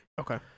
Okay